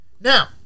Now